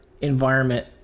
environment